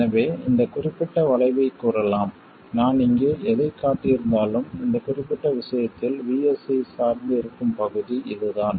எனவே இந்த குறிப்பிட்ட வளைவைக் கூறலாம் நான் இங்கே எதைக் காட்டியிருந்தாலும் இந்த குறிப்பிட்ட விஷயத்தில் VS ஐச் சார்ந்து இருக்கும் பகுதி இதுதான்